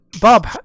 Bob